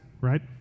right